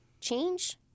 change